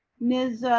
ms,